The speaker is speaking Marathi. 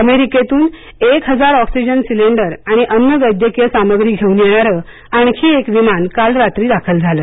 अमेरिकेतून एक हजार ऑक्सिजन सिलिंडर आणि अन्य वैद्यकीय सामग्री घेउन येणार आणखी एक विमान काल रात्री दाखल झालं